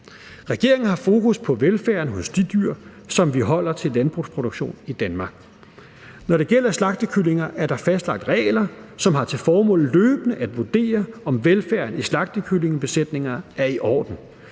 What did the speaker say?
Regeringen har fokus på velfærden hos de dyr, som vi holder i landbrugsproduktionen i Danmark. Når det gælder slagtekyllinger, er der fastlagt regler, som har til formål løbende at vurdere, om velfærden i slagtekyllingebesætninger er i orden.